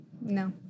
No